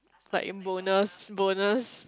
it's like in bonus bonus